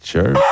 Sure